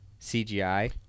CGI